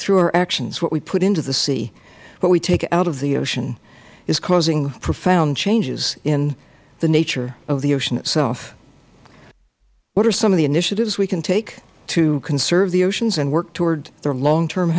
through our actions what we put into the sea what we take out of the ocean is causing profound changes in the nature of the ocean itself what are some of the initiatives we can take to conserve the oceans and work toward their long term